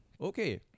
Okay